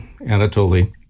Anatoly